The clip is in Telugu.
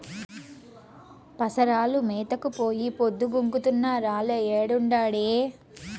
పసరాలు మేతకు పోయి పొద్దు గుంకుతున్నా రాలే ఏడుండాయో